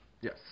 Yes